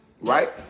Right